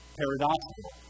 paradoxical